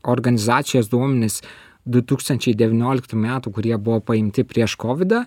organizacijos duomenis du tūkstančiai devynioliktų metų kurie buvo paimti prieš kovidą